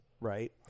right